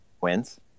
wins